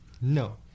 no